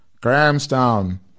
Grahamstown